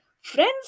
friends